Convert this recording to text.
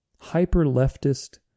hyper-leftist